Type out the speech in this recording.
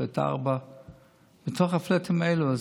פלאט 4. אז מתוך הפלאטים האלה,